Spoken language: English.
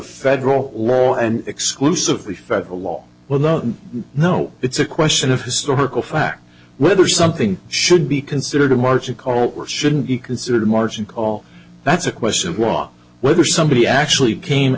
federal law and exclusively federal law well no no it's a question of historical fact whether something should be considered a margin call or shouldn't be considered a margin call that's a question of want whether somebody actually came